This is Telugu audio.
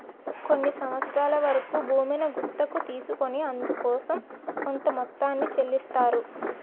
కొన్ని సంవత్సరాల వరకు భూమిని గుత్తకు తీసుకొని అందుకోసం కొంత మొత్తాన్ని చెల్లిస్తారు